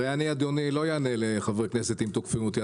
הרי אני לא אענה לחברי כנסת אם תוקפים אותי,